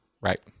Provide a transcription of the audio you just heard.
Right